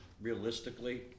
realistically